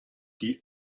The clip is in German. die